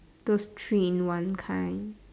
those three in one kind